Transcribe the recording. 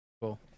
Cool